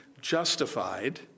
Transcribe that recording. justified